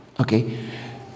Okay